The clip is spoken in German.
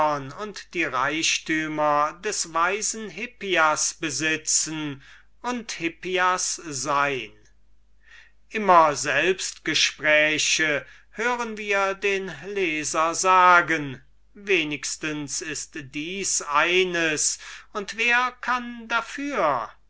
und die reichtümer des weisen hippias besitzen und hippias sein immer selbstgespräche hören wir den leser sagen wenigstens ist dieses eines und wer kann davor